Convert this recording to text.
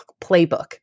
playbook